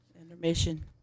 Intermission